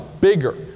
bigger